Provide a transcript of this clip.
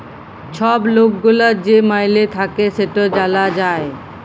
ছব লক গুলার যে মাইলে থ্যাকে সেট জালা যায়